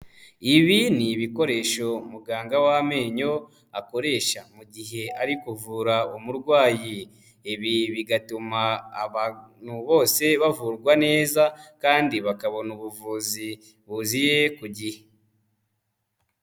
Ibi ni ibikoresho muganga w'amenyo akoresha mu gihe ari kuvura umurwayi, ibi bigatuma abantu bose bavurwa neza kandi bakabona ubuvuzi buziye ku gihe.